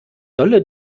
dolle